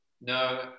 No